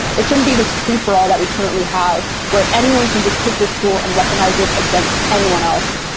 it shouldn't be this free for all that we currently have where anyone can just take this tool and weaponize it against anyone else